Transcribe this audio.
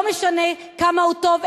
לא משנה כמה הוא טוב,